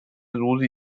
susi